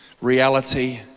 reality